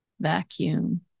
vacuum